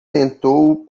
tentou